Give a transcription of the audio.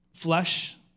flesh